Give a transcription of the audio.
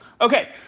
Okay